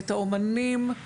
אם האמנים,